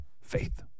faith